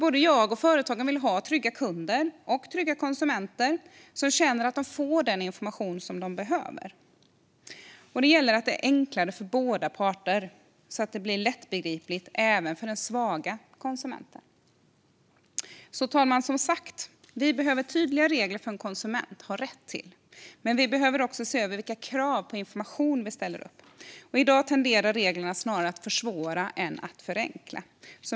Både jag och företagen vill ha trygga kunder och trygga konsumenter som känner att de får den information som de behöver. Det gäller att det är enklare för båda parter och att det blir lättbegripligt även för den svaga konsumenten. Fru talman! Vi behöver tydliga regler när det gäller vad en konsument har rätt till, men vi måste också se över vilka krav på information vi ställer. I dag tenderar reglerna snarare att försvåra än att förenkla.